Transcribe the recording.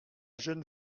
jeune